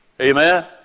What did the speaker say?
Amen